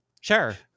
Sure